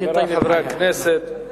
חברי חברי הכנסת,